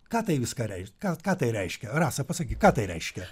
ką tai viską rei ką ką tai reiškia rasa pasakyk ką tai reiškia